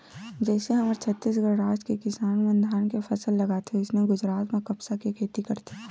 जइसे हमर छत्तीसगढ़ राज के किसान मन धान के फसल लगाथे वइसने गुजरात म कपसा के खेती करथे